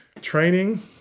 training